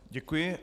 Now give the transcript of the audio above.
Děkuji.